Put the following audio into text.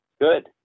Good